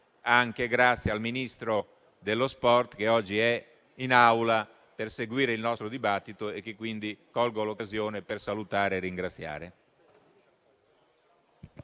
anche grazie al Ministro dello sport che oggi è presente in Aula per seguire il nostro dibattito, e che quindi colgo l'occasione per salutare e ringraziare.